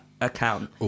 account